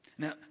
Now